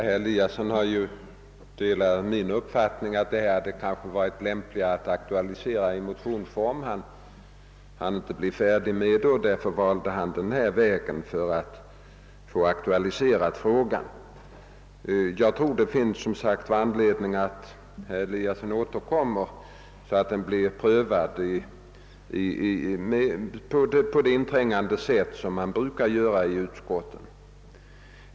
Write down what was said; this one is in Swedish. Herr talman! Herr Eliasson i Sundborn delar ju min uppfattning att det kanske hade varit lämpligast att aktualisera frågan i motionsform. Herr Eliasson hann inte bli färdig med en motion, och därför valde han att interpella tionsvägen ta upp frågan. Jag tror att det finns anledning för herr Eliasson att återkomma, så att frågan blir prövad på det inträngande sätt som man brukar göra i utskotten.